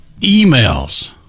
emails